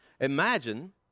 Imagine